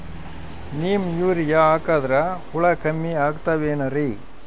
Neem urea ಹಾಕದ್ರ ಹುಳ ಕಮ್ಮಿ ಆಗತಾವೇನರಿ?